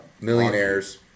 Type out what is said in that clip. millionaires